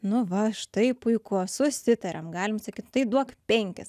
nu va štai puiku susitarėm galim sakyt tai duok penkis